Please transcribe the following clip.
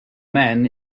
men